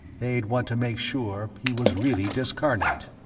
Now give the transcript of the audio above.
they'd want to make sure he was really discarnate.